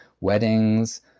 weddings